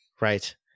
Right